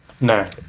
No